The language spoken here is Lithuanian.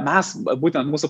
mes būtent mūsų